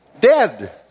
Dead